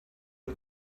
une